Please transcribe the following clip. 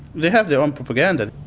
they have their own propaganda.